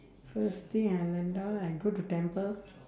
first thing I land down I go to temple